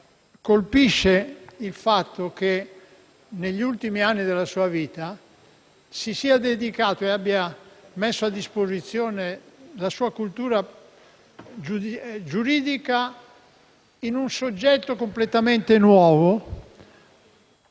colpisce il fatto che negli ultimi anni della sua vita si sia dedicato ed abbia messo a disposizione la sua cultura giuridica in un soggetto completamente nuovo,